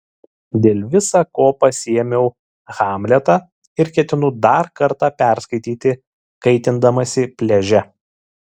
dėl visa ko pasiėmiau hamletą ir ketinu dar kartą perskaityti kaitindamasi pliaže